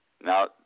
Now